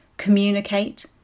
communicate